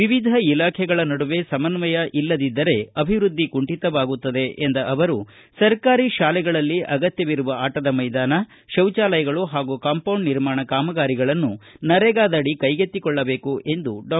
ವಿವಿಧ ಇಲಾಖೆಗಳ ನಡುವೆ ಸಮಸ್ವಯ ಇಲ್ಲದಿದ್ದರೆ ಅಭಿವೃದ್ಧಿ ಕುಂಶಿತವಾಗುತ್ತದೆ ಎಂದ ಅವರು ಸರ್ಕಾರಿ ಶಾಲೆಗಳಲ್ಲಿ ಅಗತ್ತವಿರುವ ಆಟದ ಮೈದಾನ ಶೌಚಾಲಯಗಳು ಹಾಗೂ ಕಾಂಪೌಂಡ್ ನಿರ್ಮಾಣ ಕಾಮಗಾರಿಗಳನ್ನು ನರೇಗಾದಡಿ ಕೈಗೆತ್ತಿಕೊಳ್ಳಬೇಕು ಎಂದು ಡಾ